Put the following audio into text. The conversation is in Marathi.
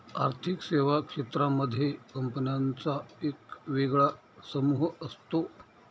आर्थिक सेवा क्षेत्रांमध्ये कंपन्यांचा एक वेगळा समूह असतो